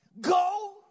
Go